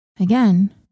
Again